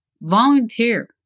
volunteer